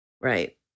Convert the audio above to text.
right